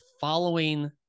following